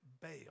bail